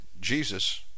Jesus